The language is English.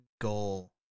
goal